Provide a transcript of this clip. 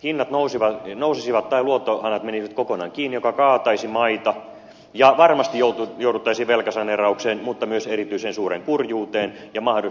hinnat nousisivat tai luottohanat menisivät kokonaan kiinni joka kaataisi maita ja varmasti jouduttaisiin velkasaneeraukseen mutta myös erityisen suureen kurjuuteen ja mahdollisesti myös lamaan